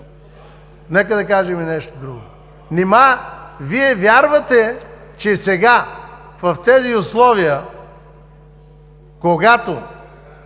нека да кажем и нещо друго. Нима Вие вярвате, че сега, в тези условия, когато